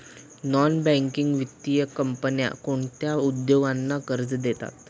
Non banking वित्तीय कंपन्या कोणत्या उद्योगांना कर्ज देतात?